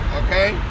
okay